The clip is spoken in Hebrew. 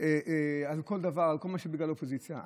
לכל דבר בגלל שאני באופוזיציה.